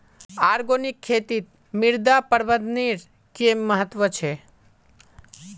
organic खेतीत मृदा प्रबंधनेर कि महत्व छे